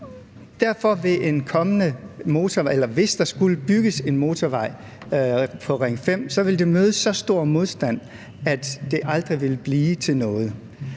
på. Hvis der skulle bygges en motorvej i Ring 5, ville det møde så stor modstand, at det aldrig ville blive til noget,